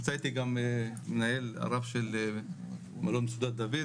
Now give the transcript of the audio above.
נמצא איתי הרב של מלון "מצודת דוד",